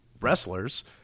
wrestlers